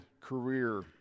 career